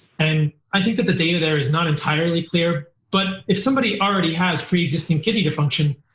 and i think that the data there is not entirely clear, but if somebody already has pre-existing kidney dysfunction,